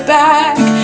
back